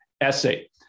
essay